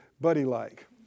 buddy-like